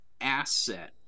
asset